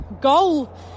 goal